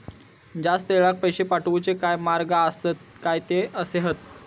जास्त वेळाक पैशे साठवूचे काय मार्ग आसत काय ते कसे हत?